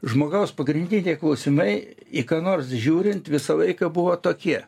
žmogaus pagrindiniai klausimai į ką nors žiūrint visą laiką buvo tokie